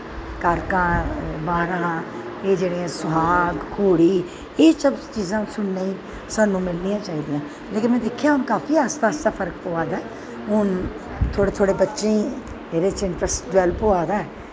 कारकां बारां एह् जेह्ड़े सुहाग घोड़ी एह् सब चीज़ां सुनने गी सानूं मिलनियां चाहिदियां लेकिन में हून दिक्खेआ काफी हून आस्ता आस्ता फर्क पवा दा ऐ थोह्ड़ा थोह्ड़ा बच्चें गी एह्दे च इंट्रस्ट पवा दा ऐ